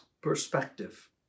perspective